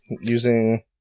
using